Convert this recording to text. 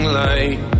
light